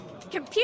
Computer